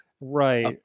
Right